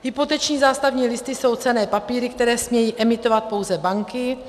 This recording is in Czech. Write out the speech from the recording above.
Hypoteční zástavní listy jsou cenné papíry, které smějí emitovat pouze banky.